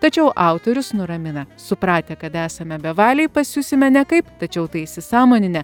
tačiau autorius nuramina supratę kad esame bevaliai pasijusime nekaip tačiau tai įsisąmoninę